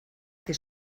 que